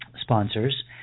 sponsors